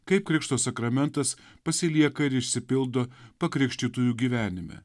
kaip krikšto sakramentas pasilieka ir išsipildo pakrikštytųjų gyvenime